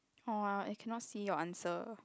orh I I cannot see your answer